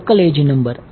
local edge number